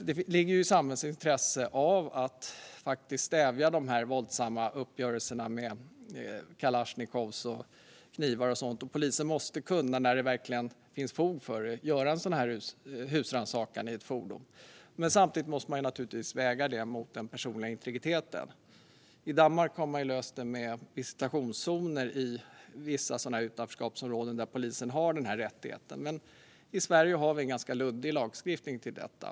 Det ligger i samhällets intresse att stävja de här våldsamma uppgörelserna med kalasjnikovar, knivar och sådant, och polisen måste när det verkligen finns fog för det kunna göra en sådan här husrannsakan i ett fordon. Samtidigt måste man naturligtvis väga det mot den personliga integriteten. I Danmark har man löst det med visitationszoner i vissa utanförskapsområden där polisen har den här rättigheten. I Sverige har vi dock en ganska luddig lagstiftning om detta.